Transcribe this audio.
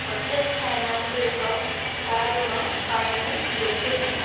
ବଜାଜ ଫାଇନାନ୍ସରୁ ଏକ କାର୍ ଋଣ ପାଇଁ ମୁଁ ଯୋଗ୍ୟ କି